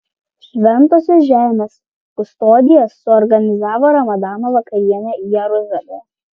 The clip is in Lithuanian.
šventosios žemės kustodija suorganizavo ramadano vakarienę jeruzalėje